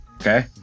Okay